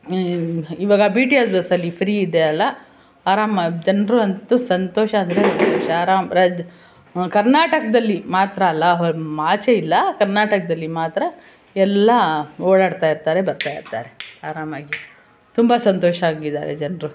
ಈವಾಗ B T S ಬಸ್ಸಲ್ಲಿ free ಇದೆ ಅಲ್ಲ ಆರಾಮಾಗಿ ಜನರು ಅಂತೂ ಸಂತೋಷ ಅಂದರೆ ಸಂತೋಷ ಆರಾಮ ರದ್ ಕರ್ನಾಟಕದಲ್ಲಿ ಮಾತ್ರ ಅಲ್ಲ ಆಚೆಯಿರ್ತಾರೆ ಬರ್ತಾಯಿರ್ತಾರೆ ಆರಾಮಾಗಿ ತುಂಬ ಸಂತೋಷ ಆಗಿದ್ದಾರೆ ಜನರು